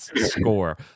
score